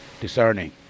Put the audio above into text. discerning